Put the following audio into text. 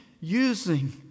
using